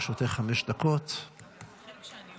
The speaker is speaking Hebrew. ברשות יושב-ראש הישיבה, אני מתכבדת